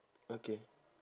okay